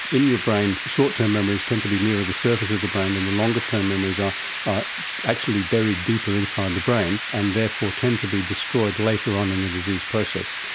in your brain, short-term memories tend to be nearer the surface of the brain than the longer-term memories, which are actually buried deeper inside the brain and therefore tend to be destroyed later on in the disease process.